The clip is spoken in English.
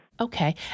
Okay